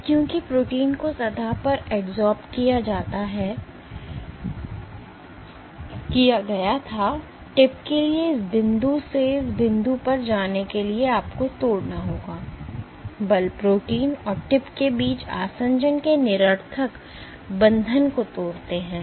अब क्योंकि प्रोटीन को सतह पर adsorbed किया गया था टिप के लिए इस बिंदु से इस बिंदु पर जाने के लिए आपको तोड़ना होगा बल प्रोटीन और टिप के बीच आसंजन के निरर्थक बंधन को तोड़ते हैं